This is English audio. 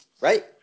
right